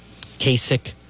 Kasich